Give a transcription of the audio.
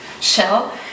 shell